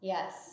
Yes